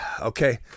Okay